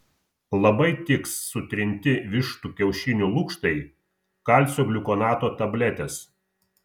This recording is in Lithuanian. labai tiks sutrinti vištų kiaušinių lukštai kalcio gliukonato tabletės